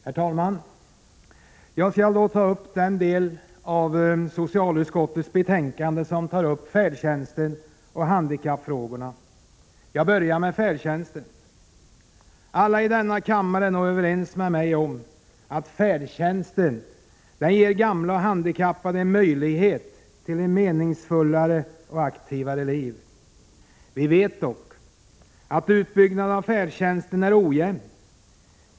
Herr talman! Jag skall ta upp den del av socialutskottets betänkande som handlar om färdtjänsten och handikappfrågorna. Jag skall börja med färdtjänsten. Alla i denna kammare är överens med mig om att färdtjänsten ger gamla och handikappade möjlighet till ett meningsfullare och aktivare liv. Vi vet dock att utbyggnaden av färdtjänsten är ojämn.